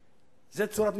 זה כן נכון,